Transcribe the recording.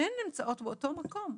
שהן נמצאות באותו מקום.